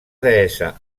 deessa